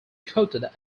quoted